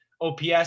OPS